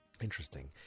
interesting